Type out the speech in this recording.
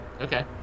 Okay